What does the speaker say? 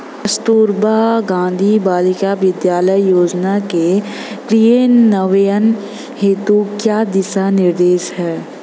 कस्तूरबा गांधी बालिका विद्यालय योजना के क्रियान्वयन हेतु क्या दिशा निर्देश हैं?